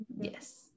Yes